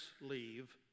leave